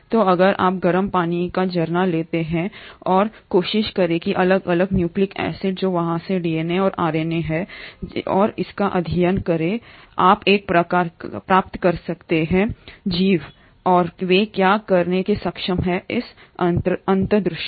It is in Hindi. तो अगर आप गर्म पानी का झरना लेते हैं और कोशिश करते हैं अलग अलग न्यूक्लिक एसिड जो वहां से डीएनए और आरएनए हैं और इसका अध्ययन करें आप एक प्रकार का प्राप्त करते हैं ये जीव कैसे हैं और वे क्या करने में सक्षम हैं इसकी अंतर्दृष्टि